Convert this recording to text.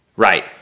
Right